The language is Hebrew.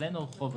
אצלנו ברחובות.